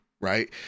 right